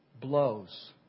blows